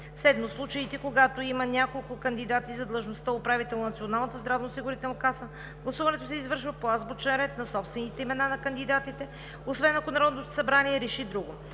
7. В случаите, когато има няколко кандидати за длъжността управител на Националната здравноосигурителна каса, гласуването се извършва по азбучен ред на собствените имена на кандидатите, освен ако Народното събрание реши друго.